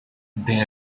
they